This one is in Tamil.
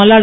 மல்லாடி